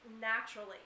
naturally